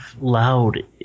loud